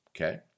Okay